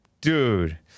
dude